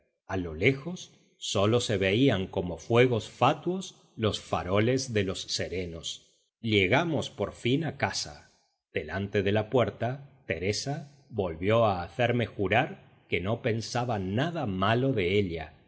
a lo lejos sólo se veían como fuegos fatuos los faroles de los serenos llegamos por fin a casa delante de la puerta teresa volvió a hacerme jurar que no pensaba nada malo de ella